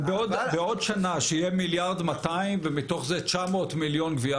אבל בעוד שנה כשיהיה 1.2 מיליארד ומתוך זה 900 מיליון גבייה